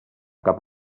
cap